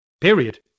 period